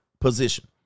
position